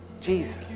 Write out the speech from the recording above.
Jesus